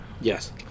Yes